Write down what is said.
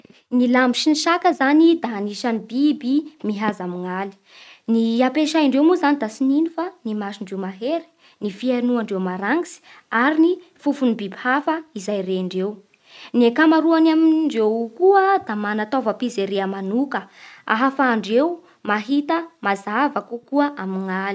Ny lambo sy ny saka zany da anisan'ny biby mihaza amignaly. Ny ampiasaindreo moa da tsy nino fa ny masondreo mahery, ny fihainoandreo maragnitsa ary ny fofon'ny biby hafa izay rendreo. Ny ankamaroany amindreo koa da mana-taovam-pijerea manoka ahafandreo mahita mazava kokoa amignaly.